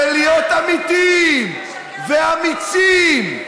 ולהיות אמיתיים ואמיצים,